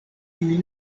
kiuj